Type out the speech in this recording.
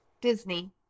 Disney